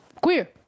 Queer